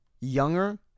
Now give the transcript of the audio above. younger